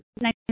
nice